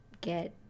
get